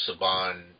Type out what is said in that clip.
Saban